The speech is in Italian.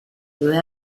due